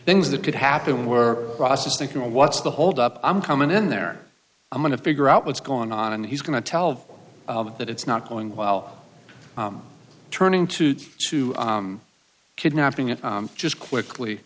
things that could happen where process thinking well what's the hold up i'm coming in there i'm going to figure out what's going on and he's going to tell that it's not going well turning to to kidnapping it just quickly